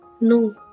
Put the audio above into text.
No